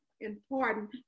important